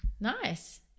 Nice